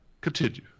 Continue